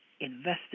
invested